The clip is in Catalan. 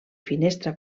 finestra